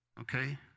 Okay